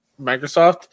Microsoft